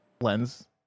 lens